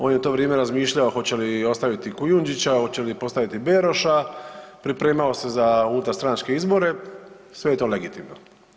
On je u to vrijeme razmišljao hoće li ostaviti Kujundžića, hoće li postaviti Beroša, pripremao se za unutarstranačke izbore, sve je to legitimno.